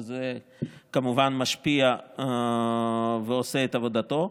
וזה כמובן משפיע ועושה את עבודתו.